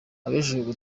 abajejwe